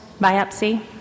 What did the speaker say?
biopsy